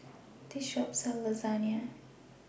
This Shop sells Lasagne